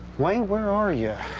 wayne, where are ya?